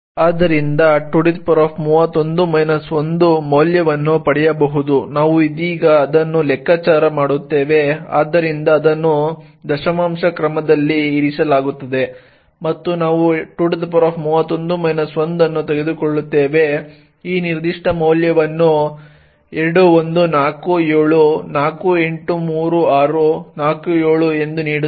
ಆದ್ದರಿಂದ 231 1 ಮೌಲ್ಯವನ್ನು ಪಡೆಯಬಹುದು ನಾವು ಇದೀಗ ಅದನ್ನು ಲೆಕ್ಕಾಚಾರ ಮಾಡುತ್ತೇವೆ ಆದ್ದರಿಂದ ಅದನ್ನು ದಶಮಾಂಶ ಕ್ರಮದಲ್ಲಿ ಇರಿಸಲಾಗುತ್ತದೆ ಮತ್ತು ನಾವು 231 1 ಅನ್ನು ತೆಗೆದುಕೊಳ್ಳುತ್ತೇವೆ ಈ ನಿರ್ದಿಷ್ಟ ಮೌಲ್ಯವನ್ನು 2147483647 ಎಂದು ನೀಡುತ್ತದೆ